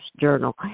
Journal